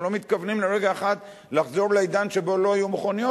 אנחנו לא מתכוונים לרגע אחד לחזור לעידן שבו לא היו מכוניות,